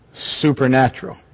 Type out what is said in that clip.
Supernatural